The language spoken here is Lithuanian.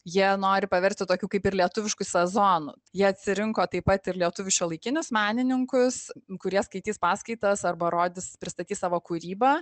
jie nori paversti tokių kaip ir lietuvišku sezonu ji atsirinko taip pat ir lietuvių šiuolaikinius menininkus kurie skaitys paskaitas arba rodys pristatys savo kūrybą